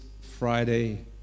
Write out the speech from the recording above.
Friday